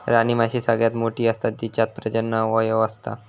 राणीमाशी सगळ्यात मोठी असता तिच्यात प्रजनन अवयव असता